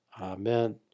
Amen